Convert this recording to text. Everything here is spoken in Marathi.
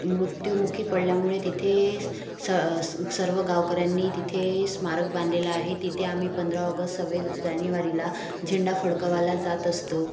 मृत्युमुखी पडल्यामुळे तिथे स स सर्व गावकऱ्यांनी तिथे स्मारक बांधलेला आहे तिथे आम्ही पंधरा ऑगस्ट सव्वीस जानेवारीला झेंडा फडकवायला जात असतो